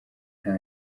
nta